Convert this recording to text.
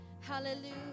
Hallelujah